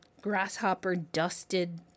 Grasshopper-dusted